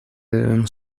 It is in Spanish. debemos